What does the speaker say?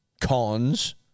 cons